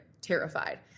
terrified